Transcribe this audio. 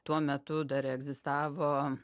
tuo metu dar egzistavo